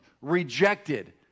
rejected